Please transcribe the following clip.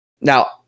Now